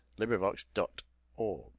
LibriVox.org